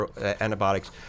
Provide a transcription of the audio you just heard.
antibiotics